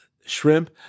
shrimp